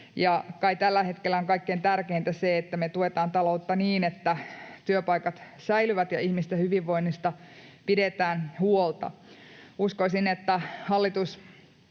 kai tällä hetkellä on kaikkein tärkeintä se, että me tuetaan taloutta niin, että työpaikat säilyvät ja ihmisten hyvinvoinnista pidetään huolta. Uskoisin, että niin hallitus,